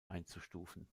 einzustufen